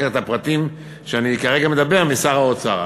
אחר כך את הפרטים שאני מדבר עליהם כרגע,